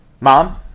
Mom